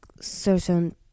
certain